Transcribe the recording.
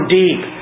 deep